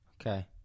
Okay